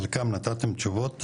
חלקם נתתם תשובות,